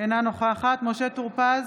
אינה נוכחת משה טור פז,